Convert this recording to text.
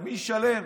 ומי ישלם?